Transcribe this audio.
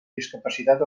discapacitat